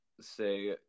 say